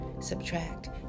subtract